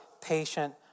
patient